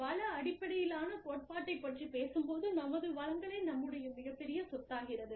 வள அடிப்படையிலான கோட்பாட்டை பற்றிப் பேசும்போது நமது வளங்களே நம்முடைய மிகப்பெரிய சொத்தாகிறது